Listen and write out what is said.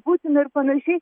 būtiną ir panašiai